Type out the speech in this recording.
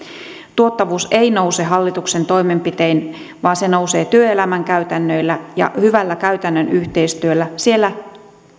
tuottavuus ei nouse hallituksen toimenpitein vaan se nousee työelämän käytännöillä ja hyvällä käytännön yhteistyöllä siellä